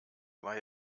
war